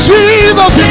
Jesus